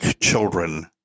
children